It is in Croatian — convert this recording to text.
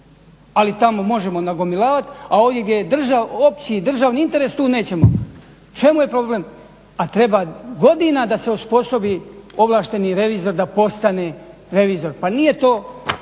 Ali tamo možemo nagomilavati, a ovdje gdje je opći državni interes, tu nećemo. U čemu je problem? A treba godina da se osposobi ovlašteni revizor da postane revizor, pa nije to